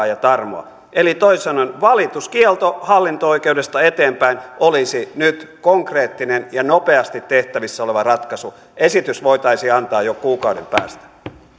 ja tarmoa toisin sanoen valituskielto hallinto oikeudesta eteenpäin olisi nyt konkreettinen ja nopeasti tehtävissä oleva ratkaisu esitys voitaisiin antaa jo kuukauden päästä